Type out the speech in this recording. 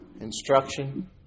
instruction